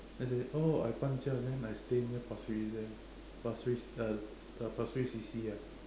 then I say oh I 搬家 then I stay near Pasir-Ris there Pasir-Ris uh the Pasir-Ris C_C ah